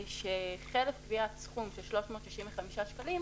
שחרף קביעת סכום של 365 שקלים,